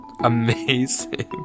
Amazing